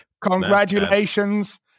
Congratulations